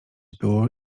było